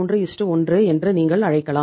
331 என்று நீங்கள் அழைக்கலாம்